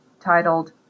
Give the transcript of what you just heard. titled